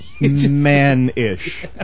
Man-ish